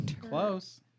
close